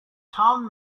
town